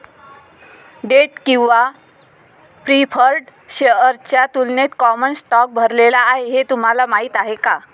Date किंवा preferred शेअर्सच्या तुलनेत कॉमन स्टॉक भरलेला आहे हे तुम्हाला माहीत आहे का?